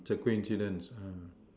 it's a coincidence uh